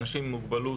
אנשים עם מוגבלות,